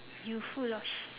you full lost